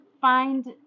find